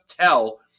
tell